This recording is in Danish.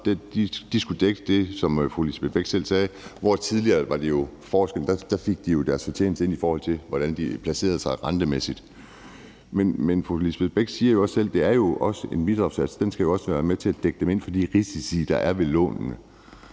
op, skulle dække det, som fru Lisbeth Bech-Nielsen selv sagde, hvor det jo tidligere var forskellen, at de fik deres fortjeneste ind, i forhold til hvordan de placerede sig rentemæssigt. Men fru Lisbeth Bech-Nielsen siger jo også selv, at en bidragssats også skal være med til at dække dem ind for de risici, der er ved lånene.